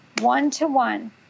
One-to-one